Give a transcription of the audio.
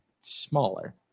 smaller